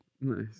Nice